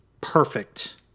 perfect